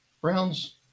Brown's